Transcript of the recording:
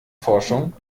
forschung